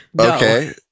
Okay